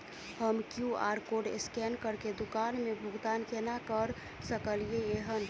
हम QR code scan करके दुकान मे भुगतान केना करऽ सकलिये एहन?